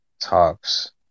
talks